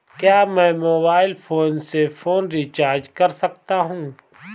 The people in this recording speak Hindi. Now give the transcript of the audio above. क्या मैं मोबाइल फोन से फोन रिचार्ज कर सकता हूं?